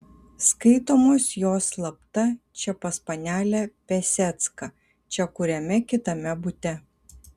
skaitomos jos slapta čia pas panelę piasecką čia kuriame kitame bute